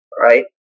right